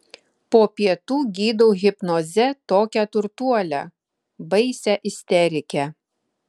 po pietų gydau hipnoze tokią turtuolę baisią isterikę